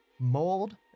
Mold